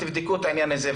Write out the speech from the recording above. תבדקו את העניין הזה.